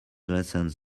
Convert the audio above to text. lessons